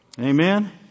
Amen